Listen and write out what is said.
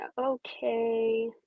Okay